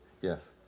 Yes